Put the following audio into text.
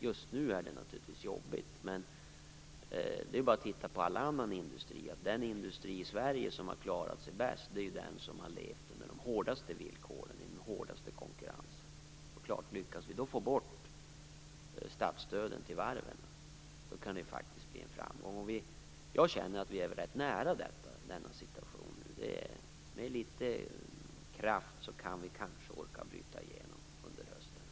Just nu är det naturligtvis jobbigt. Men den industri som har klarat sig bäst i Sverige är ju den som har levt under de hårdaste villkoren och haft den hårdaste konkurrensen. Om vi då lyckas få bort statsstöden till varven kan det bli en framgång. Jag känner att vi är ganska nära den situationen. Med litet kraft kan vi kanske orka bryta igenom under hösten.